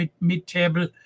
mid-table